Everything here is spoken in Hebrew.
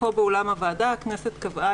פה באולם הוועדה הכנסת קבעה,